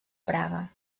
praga